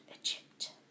Egypt